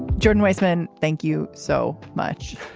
jon weisman thank you so much.